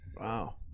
Wow